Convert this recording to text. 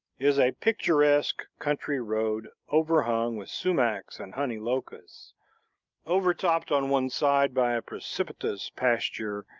is a picturesque country road, overhung with sumacs and honey locusts overtopped on one side by a precipitous pasture,